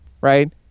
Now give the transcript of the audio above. right